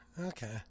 Okay